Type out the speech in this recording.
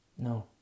No